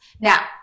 Now